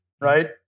right